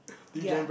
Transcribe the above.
ya